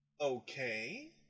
Okay